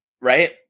Right